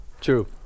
True